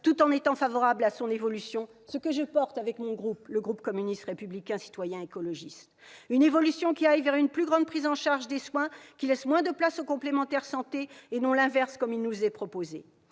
tout en étant favorables à son évolution. C'est l'ambition que je porte avec mon groupe, le groupe communiste républicain citoyen et écologiste. Nous voulons une évolution qui aille vers une plus grande prise en charge des soins, qui laisse moins de place aux complémentaires santé, et non l'inverse comme vous le proposez.